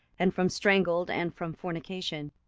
and from strangled, and from fornication.